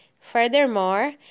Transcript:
Furthermore